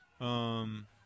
Um-